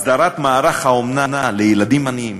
הסדרת מערך האומנה לילדים עניים,